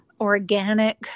organic